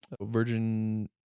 Virgin